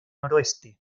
noroeste